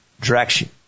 direction